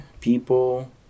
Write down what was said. people